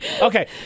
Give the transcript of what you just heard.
Okay